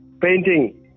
painting